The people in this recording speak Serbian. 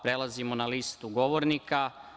Prelazimo na listu govornika.